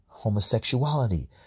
Homosexuality